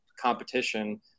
competition